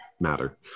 matter